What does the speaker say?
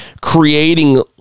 creating